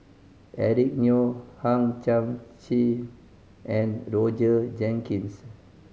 Eric Neo Hang Chang Chieh and Roger Jenkins